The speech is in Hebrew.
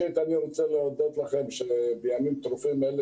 אני רוצה להודות לכם על כך שבימים טרופים אלה